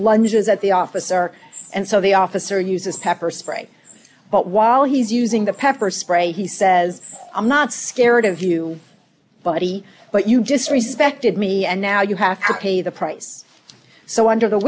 lunges at the officer and so the officer uses pepper spray but while he's using the pepper spray he says i'm not scared of you buddy but you disrespected me and now you have to pay the price so under the